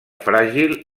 fràgil